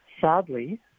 Sadly